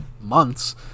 months